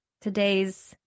today's